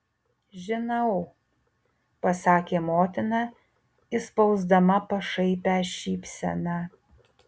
žinau pasakė motina išspausdama pašaipią šypseną